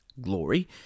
glory